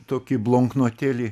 tokį blonknotėlį